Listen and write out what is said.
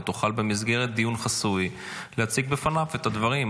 ותוכל במסגרת דיון חסוי להציג בפניו את הדברים.